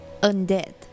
undead